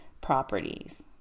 properties